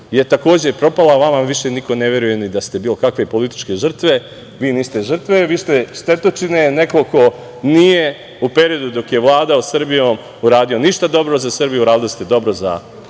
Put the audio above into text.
je, takođe, propala, vama više niko ne veruje da ste bili bilo kakve političke žrtve. Vi niste žrtve, vi ste štetočine, neko ko nije u periodu dok je vladao Srbije uradio ništa dobro za Srbiju. Uradili ste dobro za svoje